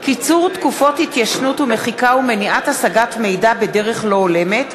קיצור תקופות התיישנות ומחיקה ומניעת השגת מידע בדרך לא הולמת),